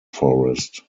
forest